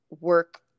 work